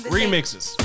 remixes